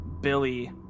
Billy